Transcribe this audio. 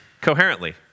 coherently